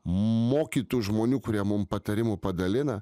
mokytų žmonių kurie mum patarimų padalina